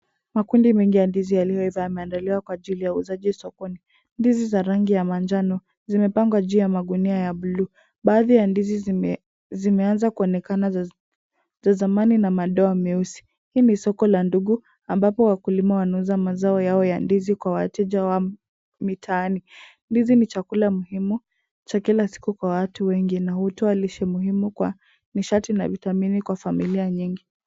Makundi mengi ya ndizi zilizo iza yameandaliwa kwa ajili ya uuzaji sokoni. Ndizi za rangi ya manjano zimepangwa juu ya magunia ya bluu. Baadhi ya ndizi zinaonekana ni za zamani na niza madoa meusi. Hili ni soko la ndugu ambapo wakulima wanauza mazao yao kwa wateja wa mitaani. Ndizi ni chakula muhimu kwa watu wengi na hutoa lishe na nishati na vitamini kwa familia nyingi.